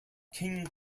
king